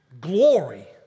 glory